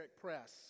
press